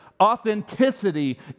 Authenticity